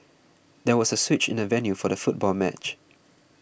there was a switch in the venue for the football match